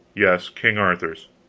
yes, king arthur's.